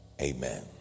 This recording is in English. Amen